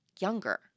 younger